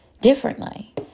differently